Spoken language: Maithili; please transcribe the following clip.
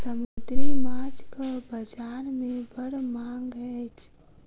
समुद्री माँछक बजार में बड़ मांग अछि